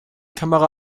kamera